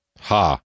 Ha